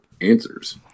answers